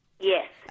Yes